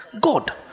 God